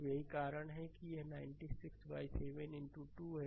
तो यही कारण है कि यह 96 बाइ 7 इनटू 2 है